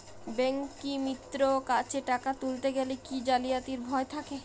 ব্যাঙ্কিমিত্র কাছে টাকা তুলতে গেলে কি জালিয়াতির ভয় থাকে?